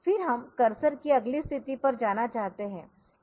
फिर हम कर्सर की अगली स्थिति पर जाना चाहते है